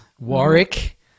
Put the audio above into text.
Warwick